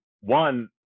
one